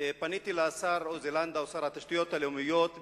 פניתי לשר עוזי לנדאו, שר התשתיות הלאומיות,